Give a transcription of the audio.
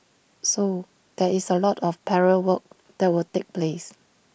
so there is A lot of parallel work that will take place